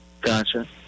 Gotcha